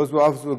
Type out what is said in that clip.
לא זו אף זו,